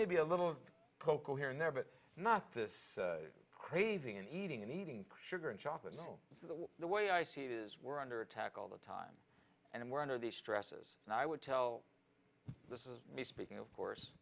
maybe a little of cocoa here and there but not this craving and eating and eating sugar and chocolate so the way i see it is we're under attack all the time and we're under the stresses and i would tell this is me speaking of course